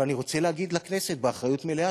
אבל אני רוצה להגיד לכנסת באחריות מלאה